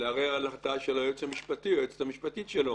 לערער על החלטה של היועץ המשפטי או היועצת המשפטית שלו.